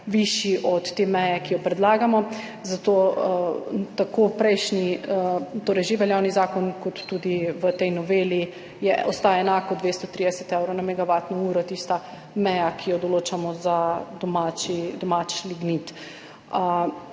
od te meje, ki jo predlagamo, zato tako prejšnji, torej že veljavni zakon, kot tudi v tej noveli ostaja enako 230 evrov na megavatno uro, to je tista meja, ki jo določamo za domači lignit.